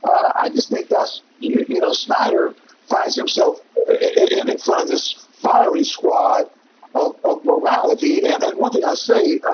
i just think that's, you know, snyder finds himself in in front of this firing squad of of morality. and and one thing i say,